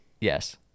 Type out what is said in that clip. Yes